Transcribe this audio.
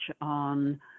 on